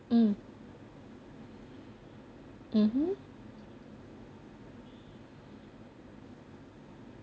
um mmhmm